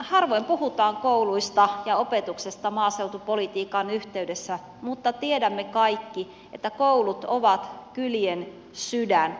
harvoin puhutaan kouluista ja opetuksesta maaseutupolitiikan yhteydessä mutta tiedämme kaikki että koulut ovat kylien sydän